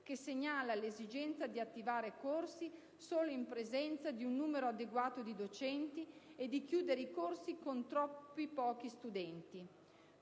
che segnala l'esigenza di attivare corsi solo in presenza di un numero adeguato di docenti e di chiudere i corsi con troppo pochi studenti.